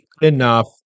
enough